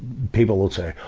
people will say,